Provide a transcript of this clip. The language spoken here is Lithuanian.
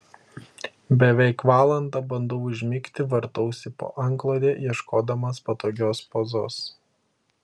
beveik valandą bandau užmigti vartausi po antklode ieškodamas patogios pozos